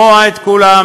לשמוע את כולם,